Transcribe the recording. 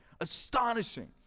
Astonishing